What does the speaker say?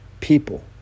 people